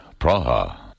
Praha